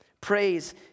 Praise